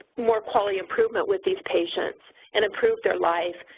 more quality improvement with these patients and improve their lives.